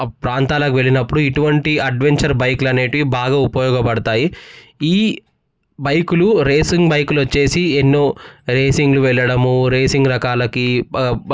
ప్రాంతాలకు వెళ్ళినప్పుడు ఇటువంటి అడ్వెంచర్ బైకులు అనేవి బాగా ఉపయోగపడతాయి ఈ బైకులు రేసింగ్ బైకులు వచ్చి ఎన్నో రేసింగ్లు వెళ్ళడము రేసింగ్ రకాలకి